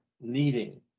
needing